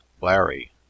larry